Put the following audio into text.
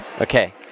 Okay